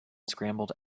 scrambled